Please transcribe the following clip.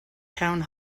town